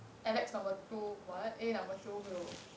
alex number two a number two